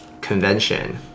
convention